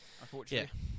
unfortunately